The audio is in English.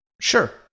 Sure